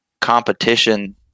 competition